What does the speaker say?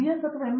S ಮತ್ತು M